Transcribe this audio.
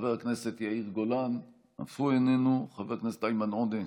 חברת הכנסת עאידה תומא סלימאן,